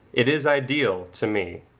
it is ideal to me,